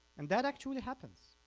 and that actually happens.